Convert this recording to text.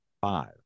five